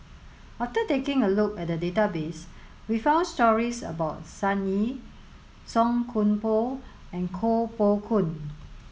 after taking a look at the database we found stories about Sun Yee Song Koon Poh and Koh Poh Koon